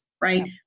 right